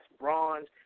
bronze